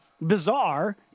bizarre